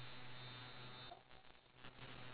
it's a object ah ya it's a object